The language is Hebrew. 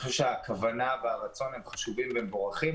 הכוונה והרצון חשובים ומבורכים,